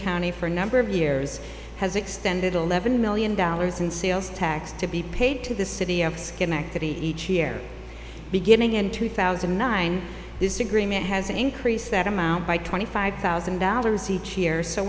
county for a number of years has extended eleven million dollars in sales tax to be paid to the city of schenectady each year beginning in two thousand and nine this agreement has increased that amount by twenty five thousand dollars each year so